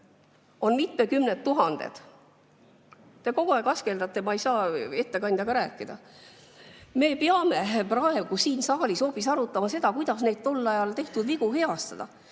on mitmedkümned tuhanded. Te kogu aeg askeldate, ma ei saa ettekandjaga rääkida. Me peame praegu siin saalis hoopis arutama seda, kuidas neid tol ajal tehtud vigu heastada.